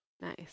Nice